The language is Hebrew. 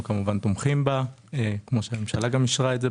כמובן תומכים בה כמו שהממשלה גם אישרה.